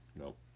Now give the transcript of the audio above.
Nope